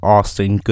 Austin